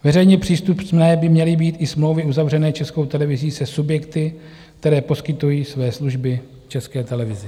Veřejně přístupné by měly být i smlouvy uzavřené Českou televizí se subjekty, které poskytují své služby České televizi.